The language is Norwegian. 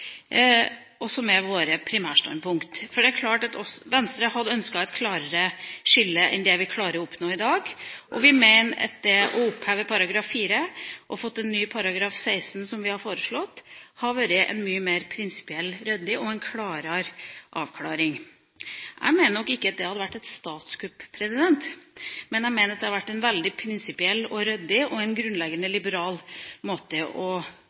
og som er våre primærstandpunkt. Det er klart at Venstre hadde ønsket et klarere skille enn det vi klarer å oppnå i dag. Vi mener at det å oppheve § 4, og få til en ny § 16, som vi har foreslått, ville vært en mye mer prinsipiell, ryddig og en klarere avklaring. Jeg mener nok ikke at det ville vært et statskupp, men jeg mener at det ville vært en veldig prinsipiell, ryddig og en grunnleggende liberal måte å